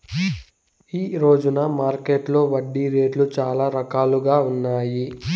ఈ రోజున మార్కెట్టులో వడ్డీ రేట్లు చాలా రకాలుగా ఉన్నాయి